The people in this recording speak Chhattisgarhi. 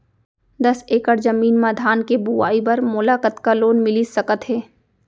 दस एकड़ जमीन मा धान के बुआई बर मोला कतका लोन मिलिस सकत हे?